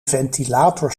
ventilator